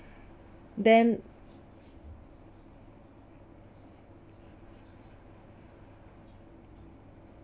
then